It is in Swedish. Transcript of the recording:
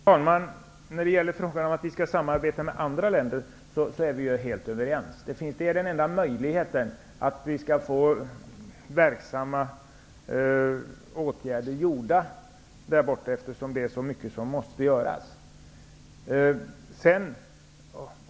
Herr talman! Vi är helt överens om att vi skall samarbeta med andra länder. Det är den enda möjligheten för att vidta verksamma åtgärder där borta, eftersom det är så mycket som måste göras.